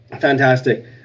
Fantastic